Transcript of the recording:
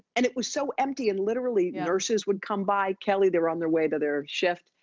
and it was so empty. and literally nurses would come by, kelly. they were on their way to their shift,